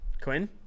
Quinn